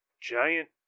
giant